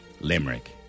Limerick